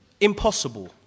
impossible